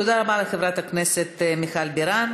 תודה רבה לחברת הכנסת מיכל בירן.